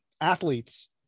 athletes